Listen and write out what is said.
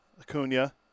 Acuna